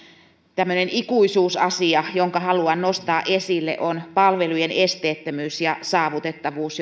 tämmöinen ikuisuusasia jonka haluan nostaa esille on palvelujen esteettömyys ja saavutettavuus